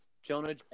Jonah